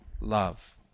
love